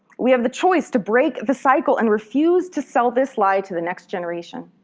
we have the choice to break the cycle and refuse to sell this lie to the next generation.